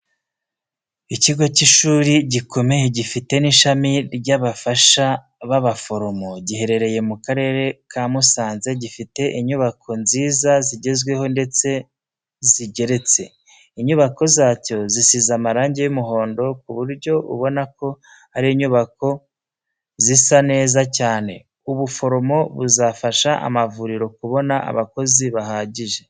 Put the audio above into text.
Ikigo cy'ishuri gikomeye gifite n'ishami ry'abafasha b'abaforomo giherereye mu Karere ka Musanze gifite inyubako nziza zigezweho ndetse zigeretse. Inyubako zacyo zisize amarange y'umuhondo ku buryo ubona ko ari inyubako zisa neza cyane. Ubuforomo buzafasha amavuriro kubona abakozi bahagije.